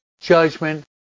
judgment